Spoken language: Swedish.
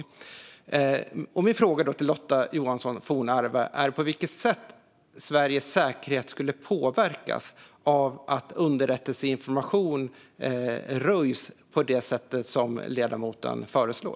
Då är min fråga till Lotta Johnsson Fornarve: På vilket sätt skulle Sveriges säkerhet påverkas av att underrättelseinformation röjs på det sätt som ledamoten föreslår?